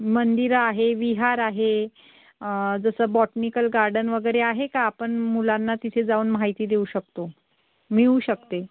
मंदिरं आहे विहार आहे जसं बॉटनिकल गार्डन वगैरे आहे का आपण मुलांना तिथे जाऊन माहिती देऊ शकतो मिळू शकते